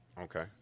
okay